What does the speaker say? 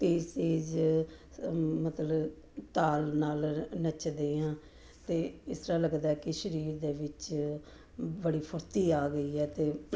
ਤੇਜ਼ ਤੇਜ਼ ਮਤਲਬ ਤਾਲ ਨਾਲ ਨੱਚਦੇ ਹਾਂ ਤਾਂ ਇਸ ਤਰ੍ਹਾਂ ਲੱਗਦਾ ਕਿ ਸਰੀਰ ਦੇ ਵਿੱਚ ਬੜੀ ਫੁਰਤੀ ਆ ਗਈ ਹੈ ਅਤੇ